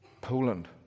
Poland